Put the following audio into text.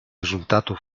risultato